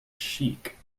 cheek